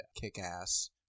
Kick-Ass